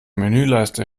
menüleiste